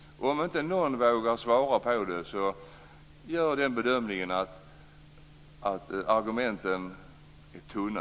Om inte någon vågar svara gör jag den bedömningen att argumenten är tunna.